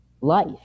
life